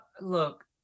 Look